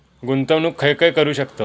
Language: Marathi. गुंतवणूक खय खय करू शकतव?